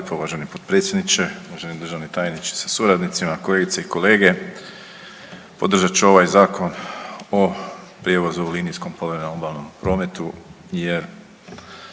Uvaženi potpredsjedniče, uvaženi državni tajniče sa suradnicima, kolegice i kolege. Podržat ću ovaj Zakon o prijevozu u linijskom povremenom obalnom prometu jer